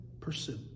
pursue